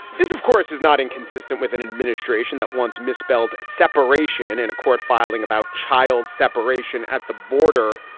this, of course, is not inconsistent with an administration that wants mispelled separation in a court filing about child separation at the border.